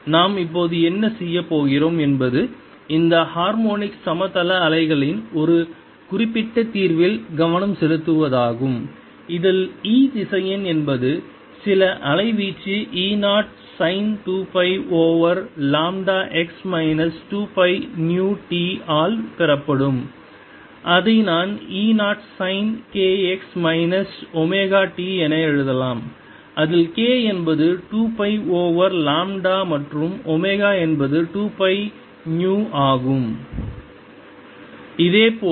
B 2B00∂t B∂t 2B002Bt2 நாம் இப்போது என்ன செய்யப் போகிறோம் என்பது இந்த ஹார்மோனிக் சமதள அலைகளின் ஒரு குறிப்பிட்ட தீர்வில் கவனம் செலுத்துவதாகும் இதில் E திசையன் என்பது சில அலைவீச்சு E 0 sine 2 pi over lambda x minus 2 pi nu t ஆல் பெறப்படும் அதை நான் E 0 sine k x minus omega t என எழுதலாம் அதில் k என்பது 2 பை ஓவர் லாம்ப்டா மற்றும் ஒமேகா என்பது 2 பை நு ஆகும்